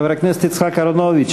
חבר הכנסת יצחק אהרונוביץ,